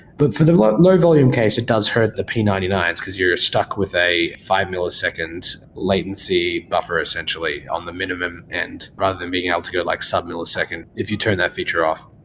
but for the low volume case, it does hurt the p nine nine s, because you're stuck with a five millisecond latency buffer essentially on the minimum end rather than being able to go like sub-millisecond if you turn that feature off.